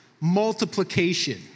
Multiplication